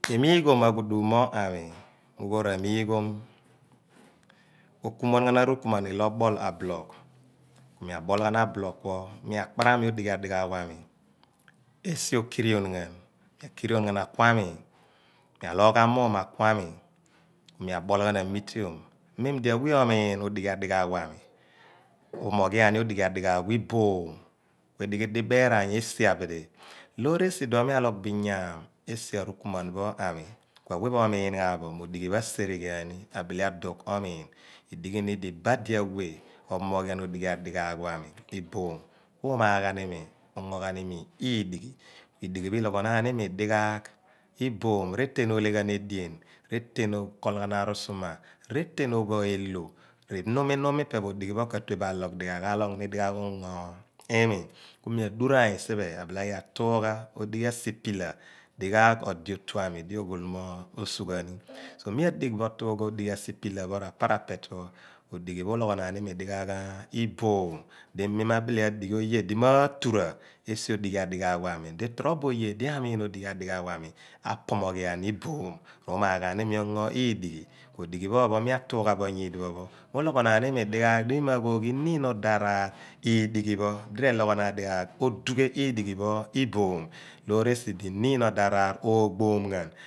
Emiighom aghudum mo aami mi uphoor amiighom okumuan ghan arukumuan ilo obol ablok ku mi abol ghan ablok pho mi akparami odighi adighaagh pho aami, esi okirion ghan mi akirion ghan akuami mi aalogh ghan muum akuami ku mi abol ghan amiteom mem di awe oomiin odighi adighaagh pho aami, uphomoghian odighi adighaagh pho iboom ku edighi diberaan esi abidi loor esi iduon mi alogh bo inyaam esi arukuman pho aami ku awe pho omiin ghan bo mo odighi pho asereghian ni abile adugh oomiin idighi ni di ibadi awe, ophomoghian odighi adighaagh pho aami iboom iiumagh ghan iimi unyo ghan iimi iidighi ku iidighi pho iiloghonaan ni iimi dighaagh iboom reten ohle ghan edien reten okol ghan arusuoma, reten ogho ehlo, r’ inum inum mo ipe odighi pho ka tue bo alogh deghaagh, alogh ni dighaagh ungo iimi ku mi aduraany siphe mi abile aghi amiigh otuugha odighi asipila dighaagh ode otu aami di oghol mo osughani ku mi adigh bo otuugha odighi asipila pho ra parapet pho, odighi uloghon aan ni iimi dighaagh iiboom di mi ma bile adighi oye di maatura esi odighi adighaagh pho aami di torobo oye di amiin odighi adighaagh pho aami, apomighian mi iboom, r’ umagh ghan ni iimi onyo iidighi ku odighi pho ophon mi atuugha bo nyiidipho pho iiloghonaan iimi dighaagh di mi ma ghoghi yogh iniin odo araar iidighi pho di r'eloghonaan dighaagh odughe odighi pho iboom loor esi di iniin odo araar oogboom ghan